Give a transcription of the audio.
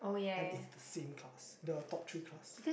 and it's the same class the top three class